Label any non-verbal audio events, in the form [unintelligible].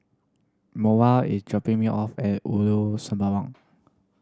[unintelligible] is dropping me off at Ulu Sembawang